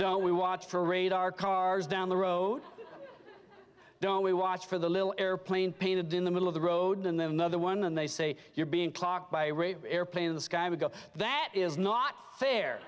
policeman we watch for radar cars down the road don't we watch for the little airplane painted in the middle of the road and then another one and they say you're being clock by rate airplane the sky would go that is not fair